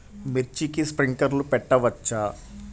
మిర్చికి స్ప్రింక్లర్లు పెట్టవచ్చా?